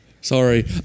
Sorry